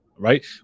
right